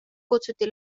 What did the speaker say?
kutsuti